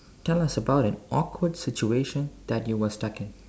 tell us about an awkward situation that you were stuck in